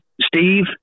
Steve